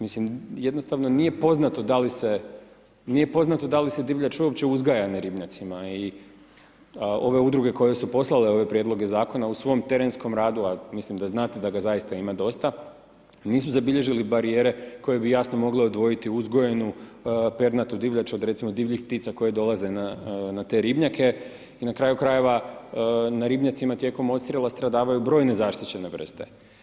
Mislim, jednostavno nije poznato da li se divljač uopće uzgaja na ribnjacima i ove udruge koje su poslale ove prijedloga zakona u svom terenskom radu, a mislim da znate da ga ima dosta, nisu zabilježili barijere koje bi jasno mogle odvojiti uzgojenu pernatu divljač od recimo divljih ptica koje dolaze na te ribnjake i na kraju krajeva na ribnjacima tijekom odstrela stradavaju brojne zaštićene vrste.